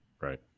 right